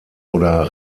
oder